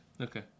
Okay